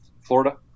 Florida